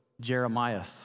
Jeremiah